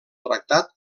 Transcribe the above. tractat